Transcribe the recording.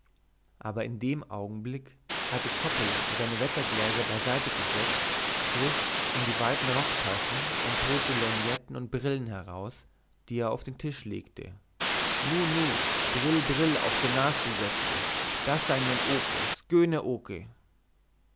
aber in dem augenblick hatte coppola seine wettergläser beiseite gesetzt griff in die weiten rocktaschen und holte lorgnetten und brillen heraus die er auf den tisch legte nu nu brill brill auf der nas su setze das sein meine oke sköne oke